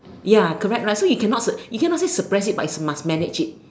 ya correct right so you cannot you cannot say suppress it but is must manage it